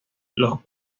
los